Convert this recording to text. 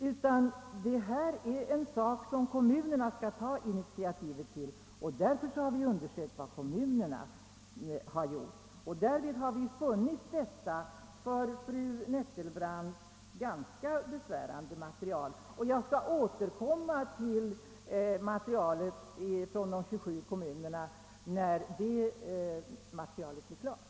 Nej, det här är en sak som kommunerna skall ta initiativet till, och därför har vi undersökt vad kommunerna gjort, och därvid har vi funnit detta för fru Nettelbrandt ganska besvärande material. Jag skall återkomma till materialet från de 27 kommunerna när det blir klart.